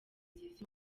nziza